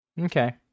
Okay